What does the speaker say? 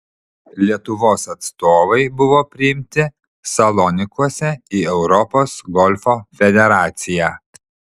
lietuvos atstovai buvo priimti salonikuose į europos golfo federaciją